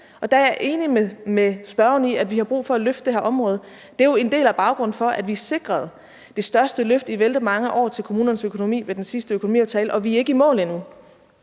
Der er jeg enig med spørgeren i, at vi har brug for at løfte det her område, og det er en del af baggrunden for, at vi sikrede det største løft i vældig mange år til kommunernes økonomi ved den sidste økonomiaftale, og vi er ikke i mål endnu.